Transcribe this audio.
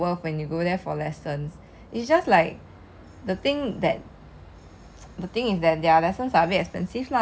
then then you will have appetisers maybe salad and then you will also have dessert so it's actually quite worth when you go there for lesson